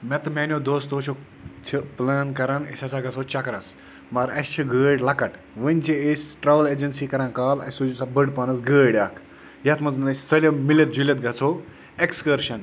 مےٚ تہٕ میٛانیو دوستو چھُ چھِ پٕلین کَران أسۍ ہَسا گژھو چَکرَس مگر اَسہِ چھِ گٲڑۍ لۄکٕٹ وٕنۍ چھِ أسۍ ٹرٛاوٕل اٮ۪جَنسی کَران کال اَسہِ سوٗزِو سا بٔڑ پہنَس گٲڑۍ اَکھ یَتھ منٛز أسۍ سٲلِم مِلِتھ جُلِتھ گژھو اٮ۪کٕسکٔرشَن